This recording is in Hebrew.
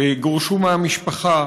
שגורשו מהמשפחה,